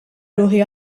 ruħi